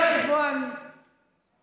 (אומר דברים בשפה הערבית, להלן תרגומם: